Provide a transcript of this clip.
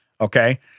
okay